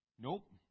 Nope